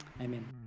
amen